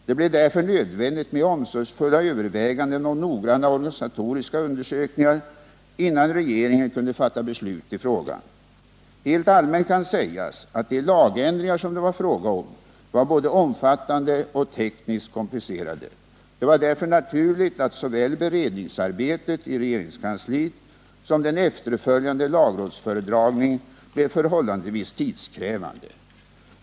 Det blev därför nödvändigt med omsorgsfulla överväganden och noggranna organisatoriska undersökningar innan regeringen kunde fatta beslut i frågan. Helt allmänt kan sägas att de lagändringar som det var fråga om var både omfattande och tekniskt komplicerade. Det var därför naturligt att såväl beredningsarbetet i regeringskansliet som den efterföljande lagrådsföredragningen blev förhållandevis tidskrävande.